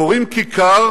קוראים כיכר